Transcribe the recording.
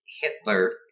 Hitler